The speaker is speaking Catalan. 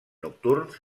nocturns